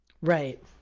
Right